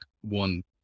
one